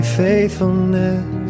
faithfulness